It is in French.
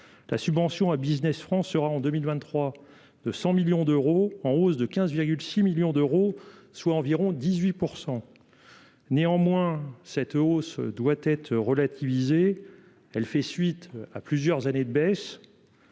la subvention à Business France sera en 2023 de 100 millions d'euros, en hausse de 15,6 millions d'euros, soit environ 18 % néanmoins cette hausse doit être relativisée, elle fait suite à plusieurs années de baisse.